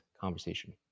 conversation